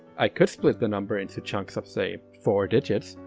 i could split the number into chunks of say, four digits,